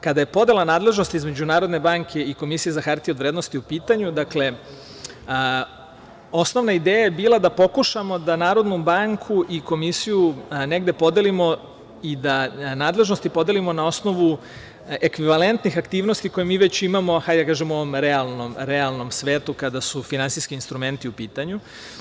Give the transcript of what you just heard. Kada je podela nadležnosti između Narodne banke i Komisije za hartije od vrednosti u pitanju, dakle, osnovna ideja je bila da pokušamo da Narodnu banku i Komisiju negde podelimo i da nadležnosti podelimo na osnovu ekvivalentnih aktivnosti koje mi već imamo u ovom realnom svetu, kada su finansijski instrumenti u pitanju.